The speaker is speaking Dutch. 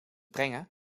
brengen